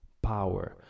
Power